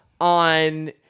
on